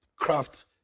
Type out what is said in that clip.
craft